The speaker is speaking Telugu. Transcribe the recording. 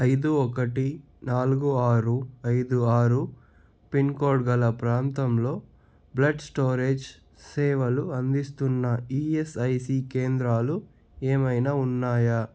ఐదు ఒకటి నాలుగు ఆరు ఐదు ఆరు పిన్ కోడ్ గల ప్రాంతంలో బ్లడ్ స్టోరేజ్ సేవలు అందిస్తున్న ఈఎస్ఐసి కేంద్రాలు ఏమైనా ఉన్నాయా